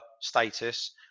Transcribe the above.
status